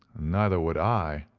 neither would i,